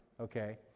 Okay